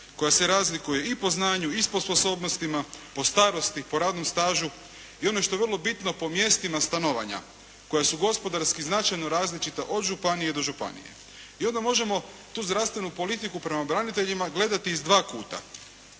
koja se razliku i po znanju i po sposobnostima, po starosti, po radnom stažu, i ono što je vrlo bitno po mjestima stanovanja koja su gospodarski značajno različita od županije do županije. I onda možemo tu zdravstvenu politiku prema braniteljima gledati iz dva kuta.